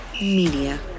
Media